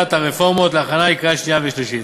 הרפורמות להכנה לקריאה שנייה ושלישית.